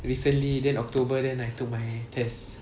recently then october then I took my test